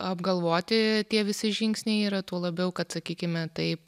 apgalvoti tie visi žingsniai yra tuo labiau kad sakykime taip